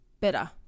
better